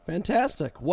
Fantastic